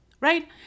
right